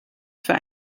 für